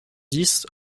dix